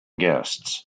guests